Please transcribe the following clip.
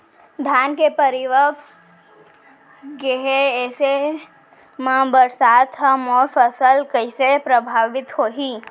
धान परिपक्व गेहे ऐसे म बरसात ह मोर फसल कइसे प्रभावित होही?